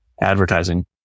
advertising